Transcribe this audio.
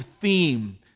theme